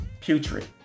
putrid